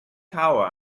tower